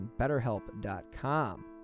betterhelp.com